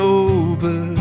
over